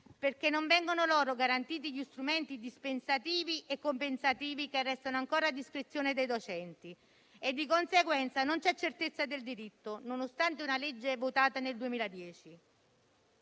perché non vengono loro garantiti gli strumenti dispensativi e compensativi che restano ancora a discrezione dei docenti. Di conseguenza, non c'è certezza del diritto, nonostante una legge votata nel 2010.